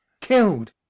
killed